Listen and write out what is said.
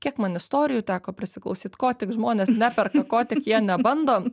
kiek man istorijų teko prisiklausyt ko tik žmonės neperka ko tik jie nebando